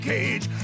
Cage